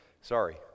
sorry